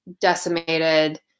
decimated